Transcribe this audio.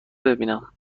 ببینم